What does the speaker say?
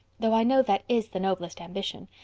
though i know that is the noblest ambition.